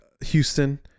Houston